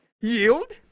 yield